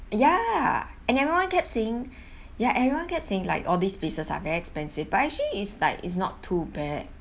ya and everyone kept saying ya everyone kept saying like all these places are very expensive but actually is like is not too bad